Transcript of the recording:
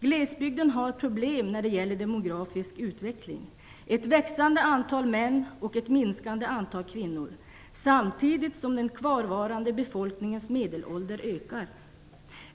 Glesbygden har problem när det gäller demografisk utveckling, med ett växande antal män och ett minskande antal kvinnor, samtidigt som den kvarvarande befolkningens medelålder ökar.